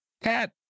cat